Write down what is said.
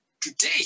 today